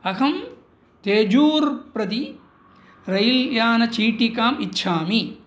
अहं तेजूर् प्रति रैल् यानचीटिकाम् इच्छामि